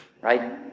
right